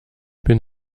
bin